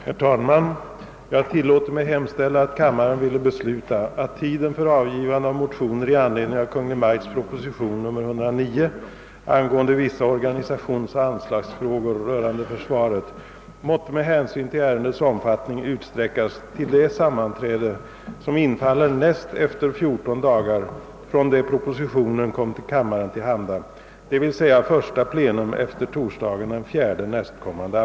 Herr talman! Jag tillåter mig hemställa, att kammaren ville besluta att tiden för avgivande av motioner i anledning av Kungl. Maj:ts proposition nr 109, angående vissa organisationsoch anslagsfrågor rörande försvaret, måtte med hänsyn till ärendets omfattning utsträckas till det sammanträde som infaller näst efter fjorton dagar från det propositionen kom kammaren till handa.